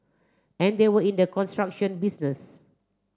and they were in the construction business